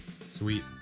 Sweet